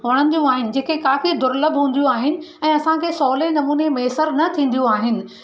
वणंदियूं आहिनि जेके काफी दुर्लब हूंदियूं आहिनि ऐं असांखे सवले नमूने मुयसरु न थींदियूं आहिनि